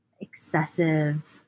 excessive